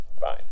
Fine